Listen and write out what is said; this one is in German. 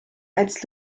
als